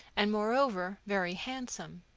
and, moreover, very handsome.